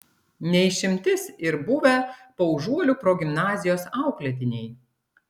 ne išimtis ir buvę paužuolių progimnazijos auklėtiniai